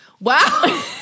Wow